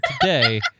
today